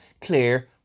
clear